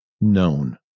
known